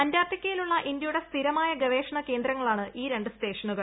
അന്റാർട്ടിക്കയിലുള്ള ഇന്ത്യയുടെ സ്ഥിരമായ ഗവേഷണ കേന്ദ്രങ്ങളാണ് ഈ രണ്ട് സ്റ്റേഷനുകൾ